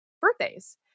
birthdays